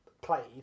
played